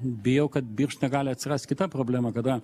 bijau kad birštone gali atsirast kita problema kada